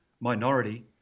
minority